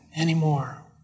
anymore